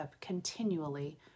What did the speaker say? continually